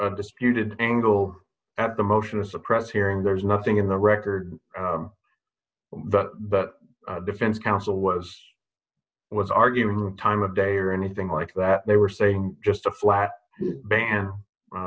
disputed angle at the motion to suppress hearing there's nothing in the record but defense counsel was was arguing time of day or anything like that they were saying just a flat ban